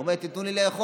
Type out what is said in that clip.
הוא אומר: תנו לי לאכול.